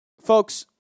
Folks